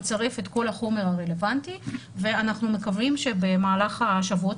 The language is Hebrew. יצרף את כל החומר הרלוונטי ואנחנו מקווים שבמהלך השבועות